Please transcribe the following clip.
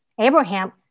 Abraham